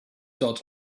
dot